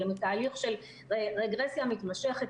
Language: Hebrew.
אלא מתהליך של רגרסיה מתמשכת,